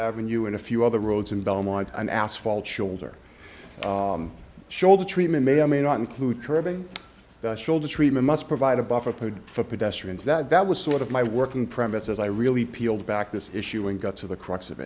avenue and a few other roads in belmont an asphalt shoulder shoulder treatment may or may not include curbing shoulder treatment must provide a buffer for pedestrians that was sort of my working premise as i really peeled back this issue and got to the crux of